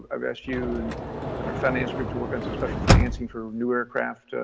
i've asked you and and our finance group to work on some special financing for new aircraft.